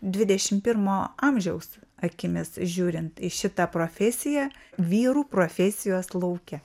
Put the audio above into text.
dvidešimt pirmo amžiaus akimis žiūrint į šitą profesiją vyrų profesijos lauke